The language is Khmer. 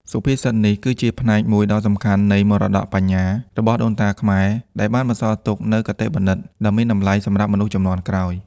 សុភាសិតនេះគឺជាផ្នែកមួយដ៏សំខាន់នៃមរតកបញ្ញារបស់ដូនតាខ្មែរ ដែលបានបន្សល់ទុកនូវគតិបណ្ឌិតដ៏មានតម្លៃសម្រាប់មនុស្សជំនាន់ក្រោយ។